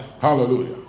Hallelujah